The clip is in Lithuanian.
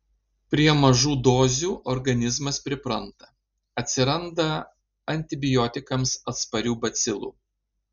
prie mažų dozių organizmas pripranta atsiranda antibiotikams atsparių bacilų